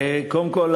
קודם כול,